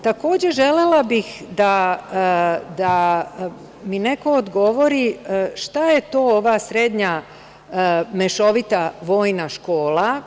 Takođe, želela bih da mi neko odgovori – šta je to ova srednja mešovita vojna škola?